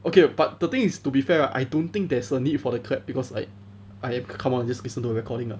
okay but the thing is to be fair right I don't think there's a need for the clap because like I am come on just listen to the recording lah